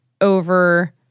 over